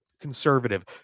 conservative